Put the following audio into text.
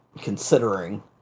considering